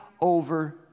over